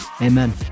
amen